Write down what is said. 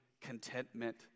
contentment